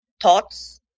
thoughts